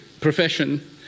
profession